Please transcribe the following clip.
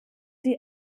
sie